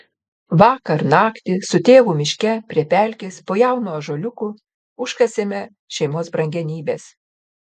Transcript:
vakar naktį su tėvu miške prie pelkės po jaunu ąžuoliuku užkasėme šeimos brangenybes